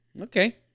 Okay